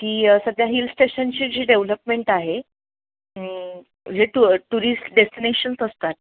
की सध्या हिल स्टेशनची जी डेव्हलपमेंट आहे जे टू टुरिस्ट डेस्टिनेशन्स असतात